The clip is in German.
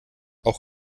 auch